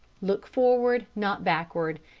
look forward, not backward,